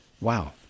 wow